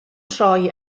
troi